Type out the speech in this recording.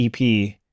EP